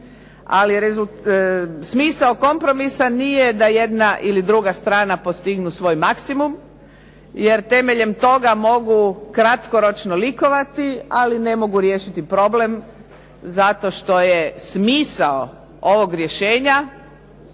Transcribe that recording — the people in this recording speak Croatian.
Ali smisao kompromisa nije da jedna ili druga strana postignu svoj maksimum jer temeljem toga mogu kratkoročno likovati, ali ne mogu riješiti problem zato što je smisao ovog rješenja